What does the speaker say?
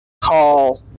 call